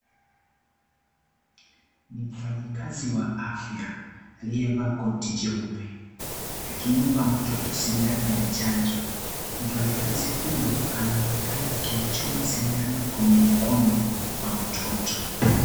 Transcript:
Ni mfanyikazi wa afya, aliyevaa koti jeupe, akimpa mtoto sindano ya chanjo. Mfanyakazi huyo anaonekana akimchoma sindano kwenye mkono wa mtoto.